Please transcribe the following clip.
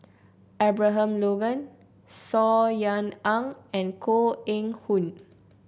Abraham Logan Saw Ean Ang and Koh Eng Hoon